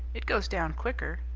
it goes down quicker.